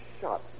shot